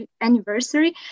anniversary